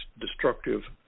destructive